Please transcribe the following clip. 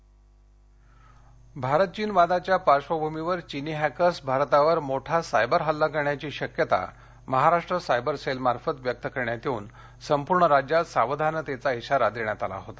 capsule Bharat Cheen वादाच्या पार्श्वभूमीवर चिनी हॅकर्स भारतावर मोठा सायबर हल्ला करण्याची शक्यता महाराष्ट्र सायबर सेलमार्फत व्यक्त करण्यात येऊन संपूर्ण राज्यात सावधानतेचा इशारा देण्यात आला होता